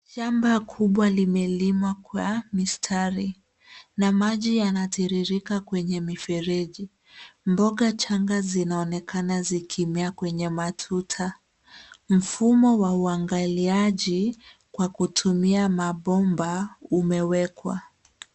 Shamba kubwa limelimwa kwa mistari na maji yanatiririka kwenye mifereji. Mboga changa zinaonekana zikimea kwenye matuta. Mfumo wa uangaliaji kwa kutumia mabomba umewekwa.